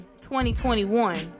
2021